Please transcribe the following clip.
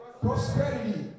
Prosperity